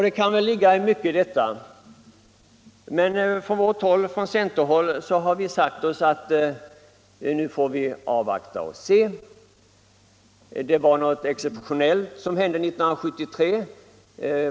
Det kan väl ligga mycket i detta. Men från centerhåll har vi sagt oss att vi nu får avvakta och se. Det var något exceptionellt som hände 1973.